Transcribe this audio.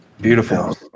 Beautiful